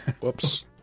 Whoops